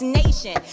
nation